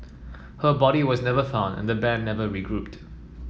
her body was never found and the band never regrouped